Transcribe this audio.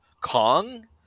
Kong